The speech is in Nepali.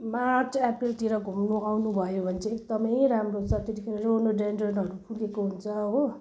मार्च अप्रेलतिर घुम्नु आउनुभयो भने चाहिँ एकदमै राम्रो छ त्यतिखेर रोडोडेन्ड्रनहरू फुलेको हुन्छ हो